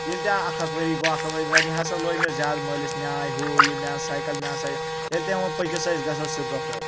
ییٚلہِ تہِ اکھ اکھ ؤری گوٚو اکھ اکھ ؤری گوٚو وۄنۍ ہسا لوٚگ مےٚ زِیادٕ مٲلِس نیاے ہُہ یہِ مےٚ ان سایکَل مےٚ ان سایکَل ییٚلہِ تٔمۍ ووٚن پٔکِو سا أسۍ گژھو سِرگَفوٹ